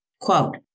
quote